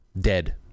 Dead